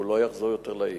הוא לא יחזור יותר לעיר,